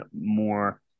more